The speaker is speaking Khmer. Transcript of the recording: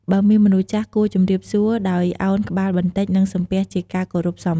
បើមានមនុស្សចាស់គួរជំរាបសួរដោយអោនក្បាលបន្តិច និង សំពះជាការគោរពសមរម្យ។